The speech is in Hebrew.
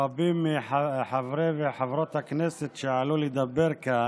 ברבים מחברי וחברות הכנסת שעלו לדבר כאן,